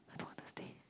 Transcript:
I don't want to stay